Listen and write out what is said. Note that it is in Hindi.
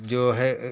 जो है